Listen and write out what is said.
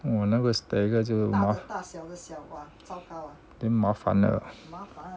哇那个麻烦咯